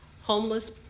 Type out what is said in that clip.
homeless